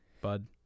bud